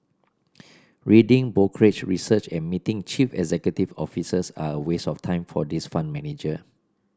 reading brokerage research and meeting chief executive officers are a waste of time for this fund manager